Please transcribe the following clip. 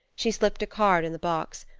she slipped a card in the box,